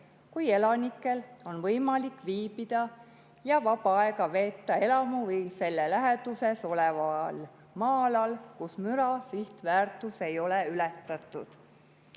kui elanikel on võimalik viibida ja vaba aega veeta elamu või selle läheduses oleval maa-alal, kus müra sihtväärtus ei ole ületatud.